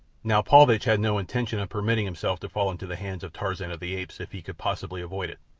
now paulvitch had no intention of permitting himself to fall into the hands of tarzan of the apes if he could possibly avoid it,